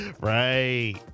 right